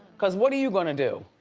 cause what are you gonna do?